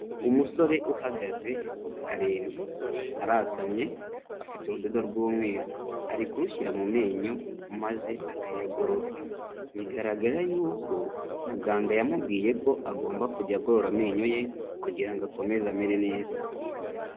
Umusore uhagaze aremye arasamye afite urudodo rw'umweru ari kurushyira mu menyo maze akayagorora, bigaragara yuko muganga yamubwiye ko agomba kujya agorora amenyo ye kugira ngo akomeze amere neza.